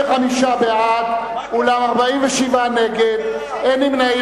25 בעד, אולם 47 נגד, אין נמנעים.